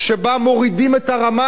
שבה מורידים את הרמה,